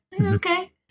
Okay